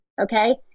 Okay